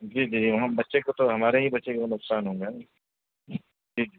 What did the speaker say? جی جی وہاں بچے کو تو ہمارے ہی بچے کو نقصان ہوگا نہ ٹھیک